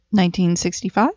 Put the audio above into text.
1965